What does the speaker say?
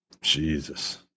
jesus